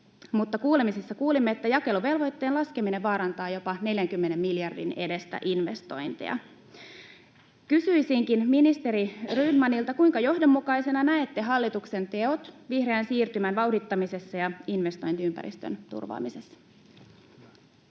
kuulemisissa kuulimme, että jakeluvelvoitteen laskeminen vaarantaa jopa 40 miljardin edestä investointeja. Kysyisinkin ministeri Rydmanilta: kuinka johdonmukaisena näette hallituksen teot vihreän siirtymän vauhdittamisessa ja investointiympäristön turvaamisessa?